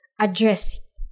address